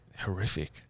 Horrific